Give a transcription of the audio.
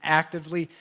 actively